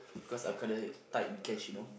because I'm kinda tight in cash you know